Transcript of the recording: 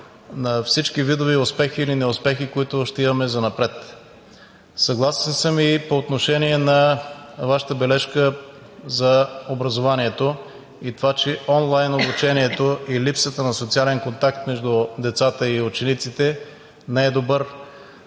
на всички видове успехи или неуспехи, които ще имаме занапред. Съгласен съм и по отношение на Вашата бележка за образованието и това, че онлайн обучението и липсата на социален контакт между децата и учениците не е добър